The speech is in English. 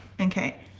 okay